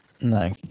No